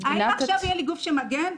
האם עכשיו יהיה לי גוף שמגן.